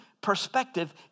perspective